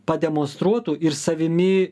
pademonstruotų ir savimi